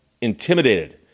intimidated